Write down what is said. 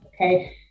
okay